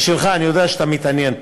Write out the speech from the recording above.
בשבילך, אני יודע שאתה מתעניין,